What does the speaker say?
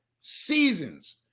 seasons